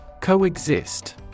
Coexist